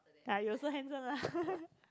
ya you also handsome lah